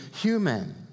human